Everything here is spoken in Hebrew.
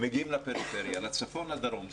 מגיעים לפריפריה, לצפון ולדרום.